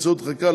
באמצעות חקיקה,